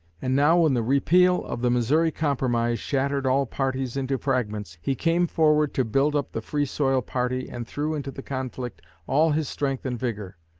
and now, when the repeal of the missouri compromise shattered all parties into fragments, he came forward to build up the free soil party and threw into the conflict all his strength and vigor.